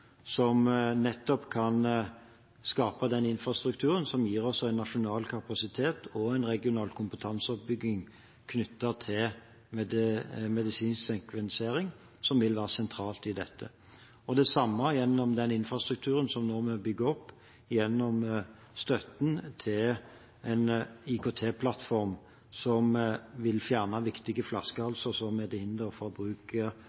som nettopp kan skape den infrastrukturen som gir oss en nasjonal kapasitet og en regional kompetanseoppbygging knyttet til medisinsk sekvensering, som vil være sentralt i dette. Det samme gjelder den infrastrukturen som vi nå bygger opp gjennom støtten til en IKT-plattform som vil fjerne viktige